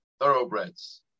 thoroughbreds